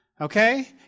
okay